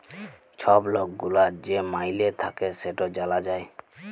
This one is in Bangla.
ছব লক গুলার যে মাইলে থ্যাকে সেট জালা যায়